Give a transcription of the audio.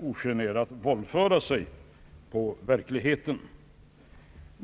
ogenerat våldföra sig på verkligheten.